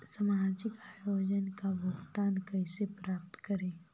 सामाजिक योजना से भुगतान कैसे प्राप्त करी?